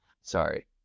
Sorry